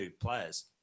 players